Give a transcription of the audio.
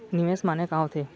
निवेश माने का होथे?